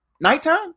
nighttime